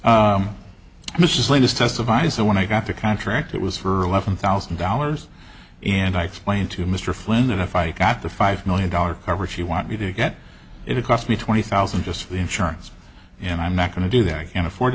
case mrs latest testifies that when i got the contract it was for eleven thousand dollars and i explained to mr flynn that if i got the five million dollar coverage you want me to get it it cost me twenty thousand just for the insurance and i'm not going to do that and afford